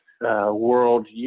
world